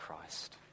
Christ